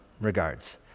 Regards